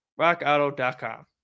RockAuto.com